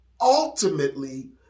ultimately